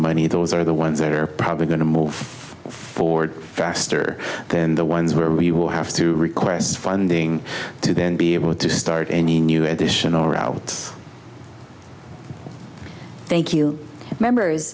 money those are the ones that are probably going to move forward faster than the ones where we will have to request funding to then be able to start any new additional route thank you mem